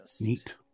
Neat